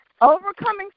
Overcoming